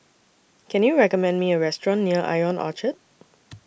Can YOU recommend Me A Restaurant near Ion Orchard